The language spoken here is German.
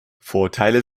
vorteile